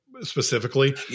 specifically